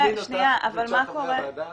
אני גם מזמין אותך ואת שאר חברי הוועדה